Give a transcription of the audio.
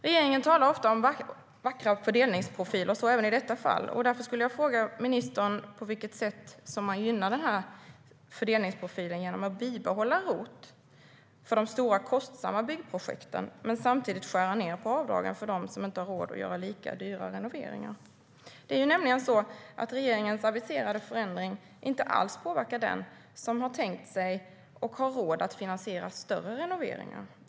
Regeringen talar ofta om vackra fördelningsprofiler, så även i detta fall. Därför skulle jag vilja fråga ministern på vilket sätt man gynnar fördelningsprofilen genom att bibehålla ROT för de stora, kostsamma byggprojekten och samtidigt skära ned på avdragen för dem som inte har råd att göra lika dyra renoveringar. Regeringens aviserade förändring påverkar ju inte alls dem som har tänkt sig större renoveringar och har råd att finansiera dem.